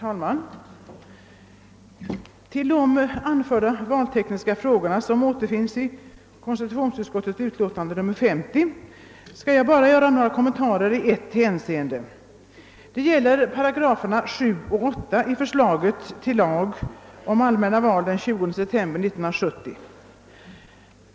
Herr talman! Beträffande de valtekniska frågor som behandlas i konstitutionsutskottets utlåtande nr 50 skall jag be att få göra några kommentarer till 7 och 8 §§ i förslaget till lag om de allmänna valen den 20 september 1970.